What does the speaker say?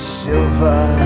silver